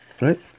right